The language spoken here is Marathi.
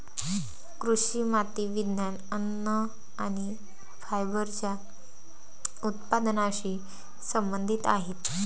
कृषी माती विज्ञान, अन्न आणि फायबरच्या उत्पादनाशी संबंधित आहेत